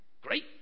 Great